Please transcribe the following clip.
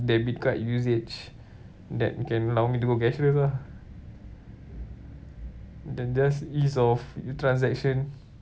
debit card usage that can allow me to go cashless lah then just ease of transaction